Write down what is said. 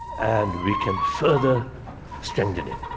and we can further strengthen them.